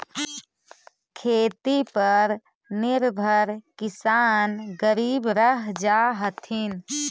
खेती पर निर्भर किसान गरीब रह जा हथिन